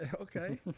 okay